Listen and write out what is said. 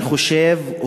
אני חושב,